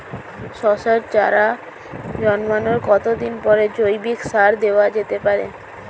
শশার চারা জন্মানোর কতদিন পরে জৈবিক সার দেওয়া যেতে পারে?